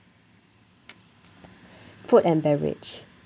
food and beverage